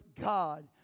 God